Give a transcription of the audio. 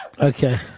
Okay